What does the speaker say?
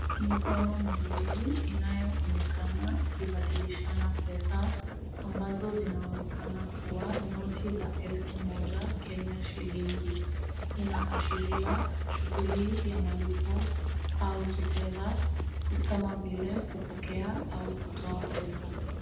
Mikono miwili inayo onekana ikibadilishana pesa, ambazo zinaonekana kuwa noti za elfu moja Kenya shilingi. Inaashiria shughuli ya malipo au kifedha, kama vile kupokea au kutoa pesa.